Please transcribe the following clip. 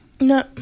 No